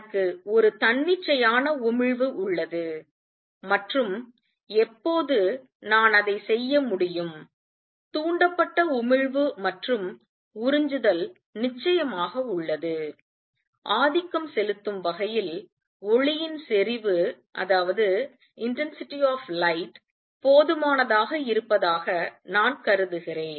எனக்கு ஒரு தன்னிச்சையான உமிழ்வு உள்ளது மற்றும் எப்போது நான் அதை செய்ய முடியும் தூண்டப்பட்ட உமிழ்வு மற்றும் உறிஞ்சுதல் நிச்சயமாக உள்ளது ஆதிக்கம் செலுத்தும் வகையில் ஒளியின் செறிவு போதுமானதாக இருப்பதாக நான் கருதுகிறேன்